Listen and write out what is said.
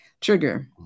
Trigger